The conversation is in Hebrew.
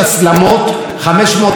שאנחנו לא שייכים למדינת ישראל.